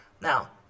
Now